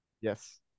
Yes